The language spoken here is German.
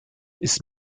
ist